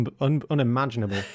unimaginable